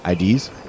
IDs